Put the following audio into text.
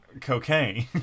cocaine